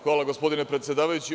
Hvala, gospodine predsedavajući.